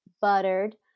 buttered